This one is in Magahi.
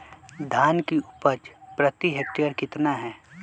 धान की उपज प्रति हेक्टेयर कितना है?